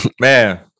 man